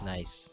Nice